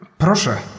Proszę